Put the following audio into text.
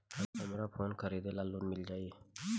हमरा फोन खरीदे ला लोन मिल जायी?